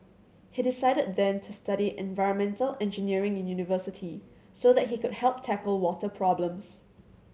he decided then to study environmental engineering in university so that he could help tackle water problems